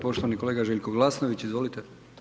Poštovani kolega Željko Glasnović, izvolite.